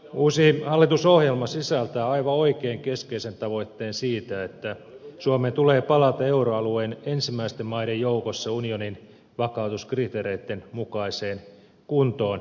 uusi hallitusohjelma sisältää aivan oikein keskeisen tavoitteen siitä että suomen tulee palata euroalueen ensimmäisten maiden joukossa unionin vakautuskriteereitten mukaiseen kuntoon